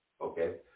okay